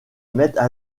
mettent